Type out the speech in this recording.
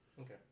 Okay